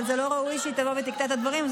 אבל זה לא ראוי שהיא תבוא ותקטע את הדברים.